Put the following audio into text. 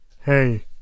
Hey